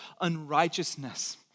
unrighteousness